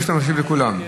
או שאתה משיב לכולם?